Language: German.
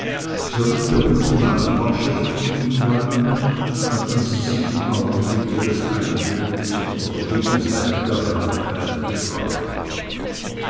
sollen wir gute nachbarschaft mit ihm halten hatten sie sich im augenblick ihres eintretens unter gegenseitiger heiterkeit gefragt